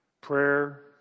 Prayer